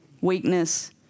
weakness